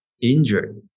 injured